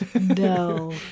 No